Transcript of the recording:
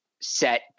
set